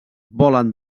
volen